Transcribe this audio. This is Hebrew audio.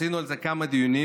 עשינו על זה כמה דיונים,